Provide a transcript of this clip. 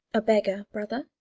a beggar, brother?